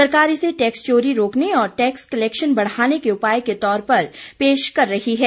सरकार इसे टैक्स चोरी रोकने और टैक्स क्लेक्शन बढ़ाने के उपाय के तौर पर पेश रही है